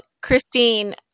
Christine